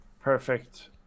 perfect